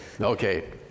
Okay